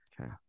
Okay